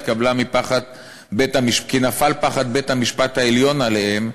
התקבלה כי נפל פחד בית-המשפט העליון עליהם,